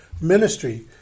ministry